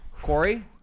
Corey